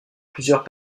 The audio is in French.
plusieurs